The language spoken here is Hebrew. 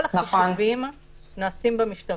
כל החישובים נעשים במשטרה.